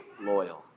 loyal